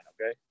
okay